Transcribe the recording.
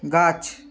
গাছ